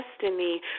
...destiny